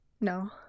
no